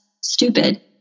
stupid